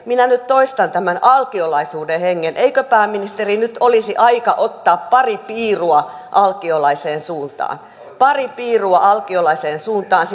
minä nyt toistan tämän alkiolaisuuden hengen eikö pääministeri nyt olisi aika ottaa pari piirua alkiolaiseen suuntaan pari piirua alkiolaiseen suuntaan